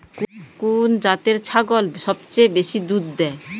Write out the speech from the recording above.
কুন জাতের ছাগল সবচেয়ে বেশি দুধ দেয়?